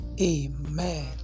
Amen